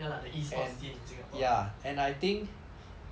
ya lah the E sports team in singapore